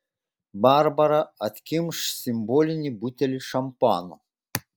barbara atkimš simbolinį butelį šampano